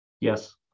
Yes